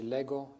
Lego